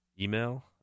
email